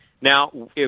Now